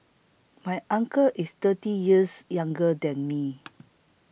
my uncle is thirty years younger than me